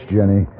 Jenny